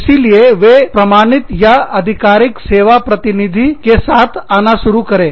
इसीलिए वे प्रमाणित या आधिकारिक सेवा प्रतिनिधि के साथ आना शुरू करे